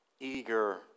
Eager